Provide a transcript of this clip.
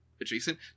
adjacent